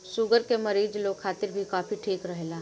sugar के मरीज लोग खातिर भी कॉफ़ी ठीक रहेला